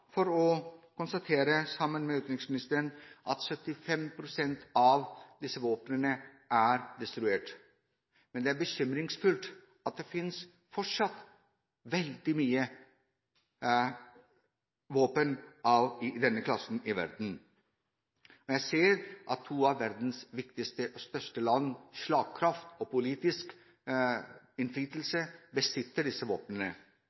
for å konstatere, sammen med utenriksministeren, at 75 pst. av disse våpnene er destruert. Men det er bekymringsfullt at det fortsatt finnes veldig mye våpen av denne klasse i verden. Jeg ser at to av verdens viktigste og største land, med slagkraft og politisk innflytelse, besitter disse våpnene